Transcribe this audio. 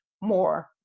more